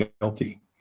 guilty